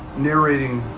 narrating